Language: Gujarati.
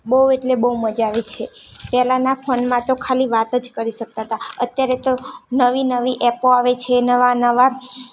બહુ એટલે બહુ મજા આવે છે પહેલાંના ફોનમાં તો ખાલી વાત જ કરી શકતા હતા અત્યારે તો નવી નવી એપો આવે છે નવા નવા